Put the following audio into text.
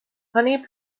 honey